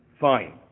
Fine